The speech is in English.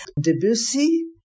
Debussy